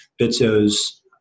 BITSO's